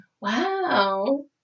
wow